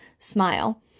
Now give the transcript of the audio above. smile